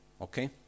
Okay